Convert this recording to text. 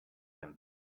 him